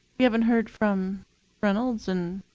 we haven't heard from reynolds and